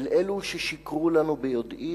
אל אלו ששיקרו לנו ביודעין